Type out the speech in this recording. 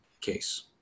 case